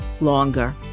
longer